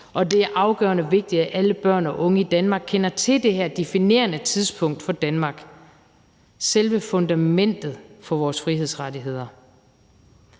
Det er afgørende vigtigt, at alle børn og unge i Danmark kender til det her definerende tidspunkt for Danmark og selve fundamentet for vores frihedsrettigheder.